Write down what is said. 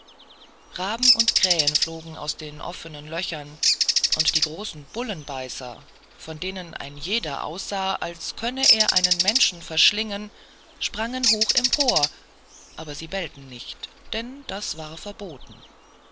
raben und krähen flogen aus den offenen löchern und die großen bullenbeißer von denen ein jeder aussah als könne er einen menschen verschlingen sprangen hoch empor aber sie bellten nicht denn das war verboten